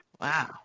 Wow